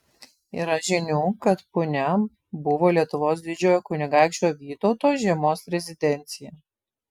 yra žinių kad punia buvo lietuvos didžiojo kunigaikščio vytauto žiemos rezidencija